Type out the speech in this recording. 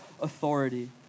authority